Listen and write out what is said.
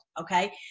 okay